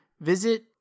Visit